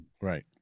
Right